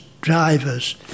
drivers